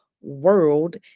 world